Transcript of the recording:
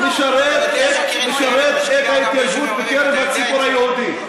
משרת את ההתיישבות בקרב הציבור היהודי.